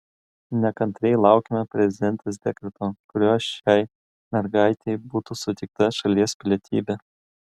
nekantriai laukiame prezidentės dekreto kuriuo šiai mergaitei būtų suteikta šalies pilietybė